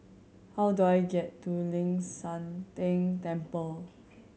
how do I get to Ling San Teng Temple